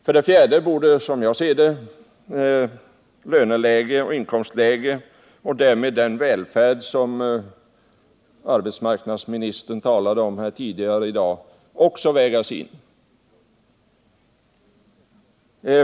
För det fjärde borde, som jag ser det, löneläge och inkomstläge och därmed den välfärd, som arbetsmarknadsministern talade om här tidigare i dag, också vägas in.